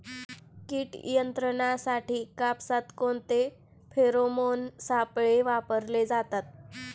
कीड नियंत्रणासाठी कापसात कोणते फेरोमोन सापळे वापरले जातात?